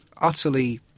utterly